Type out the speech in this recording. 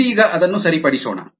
ಇದೀಗ ಅದನ್ನು ಸರಿಪಡಿಸೋಣ